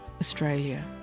Australia